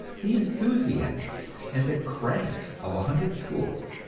the enthusiasts and the cranks of a hundred schools.